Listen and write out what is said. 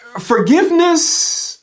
Forgiveness